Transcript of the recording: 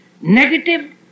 negative